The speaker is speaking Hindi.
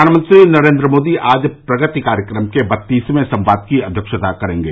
प्रधानमंत्री नरेन्द्र मोदी आज प्रगति कार्यक्रम के बत्तीसवें संवाद की अध्यक्षता करेंगे